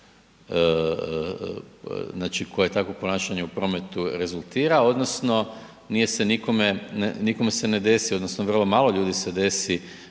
koje takvo ponašanje u prometu rezultira odnosno nije se nikome, nikom se ne desi odnosno vrlo malo ljudi se desi